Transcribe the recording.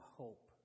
hope